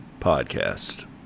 Podcast